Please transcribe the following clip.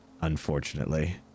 unfortunately